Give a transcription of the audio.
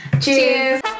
Cheers